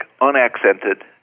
unaccented